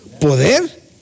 Poder